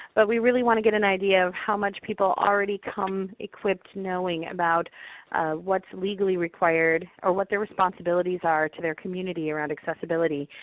but we really want to get an idea of how much people already come equipped knowing about what's legally required, or what their responsibilities are to their community around accessibility,